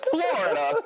Florida